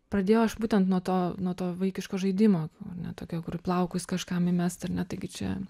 pradėjau aš būtent nuo to nuo to vaikiško žaidimo ar ne tokio kur į plaukus kažkam įmest ar ne taigi čia